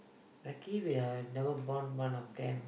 lucky we are never born one of them